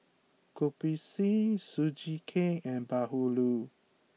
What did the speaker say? Kopi C Sugee Cake and Bahulu